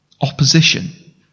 Opposition